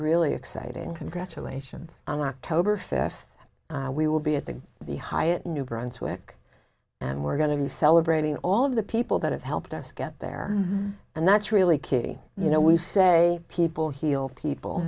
really exciting and congratulations on october fifth we will be at the the hyatt new brunswick and we're going to be celebrating all of the people that have helped us get there and that's really key you know we say people heal people